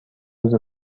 روز